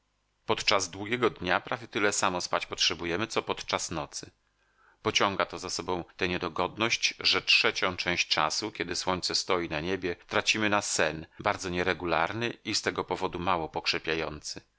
podczas długiego dnia prawie tyle samo spać potrzebujemy co podczas nocy pociąga to za sobą tę niedogodność że trzecią część czasu kiedy słońce stoi na niebie tracimy na sen bardzo nieregularny i z tego powodu mało pokrzepiający a